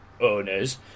owners